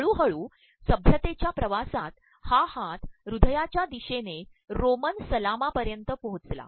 हळूहळूसभ्यतेच्या िवासात हा हात हृदयाच्या द्रदशेनेरोमन सलामपयांत पोहोचला